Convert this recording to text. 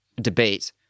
debate